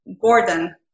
Gordon